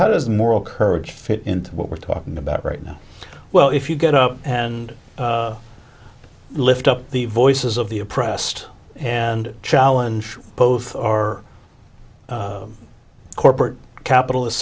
how does moral courage fit into what we're talking about right now well if you get up and lift up the voices of the oppressed and challenge both or corporate capital